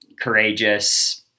courageous